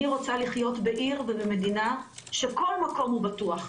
אני רוצה לחיות בעיר ובמדינה שכל מקום הוא בטוח,